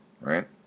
right